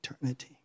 eternity